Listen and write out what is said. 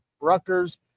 Rutgers